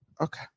Okay